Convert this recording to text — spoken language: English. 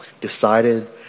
decided